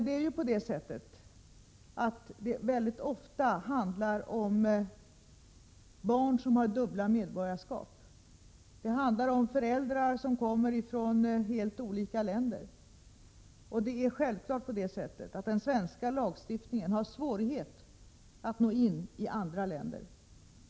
Det handlar emellertid mycket ofta om barn som har dubbla medborgarskap. Det handlar om föräldrar som kommer från helt olika länder. Den svenska lagstiftningen har självfallet svårigheter att nå in i andra länder.